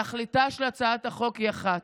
תכליתה של הצעת החוק היא אחת: